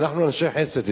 אנחנו אנשי חסד,